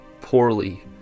poorly